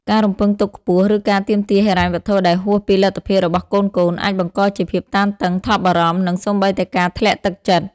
ការរំពឹងទុកខ្ពស់ ឬការទាមទារហិរញ្ញវត្ថុដែលហួសពីលទ្ធភាពរបស់កូនៗ អាចបង្កជាភាពតានតឹង ថប់បារម្ភ និងសូម្បីតែការធ្លាក់ទឹកចិត្ត។